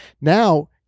now